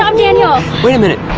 um daniel! wait a minute,